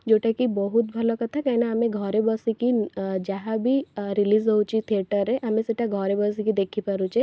ଯେଉଁଟାକି ବହୁତ ଭଲ କଥା କାହିଁକିନା ଆମେ ଘରେ ବସିକି ଯାହାବି ରିଲିଜ୍ ହଉଛି ଥିଏଟର୍ରେ ଆମେ ସେଇଟା ଘରେ ବସିକି ଦେଖି ପାରୁଛେ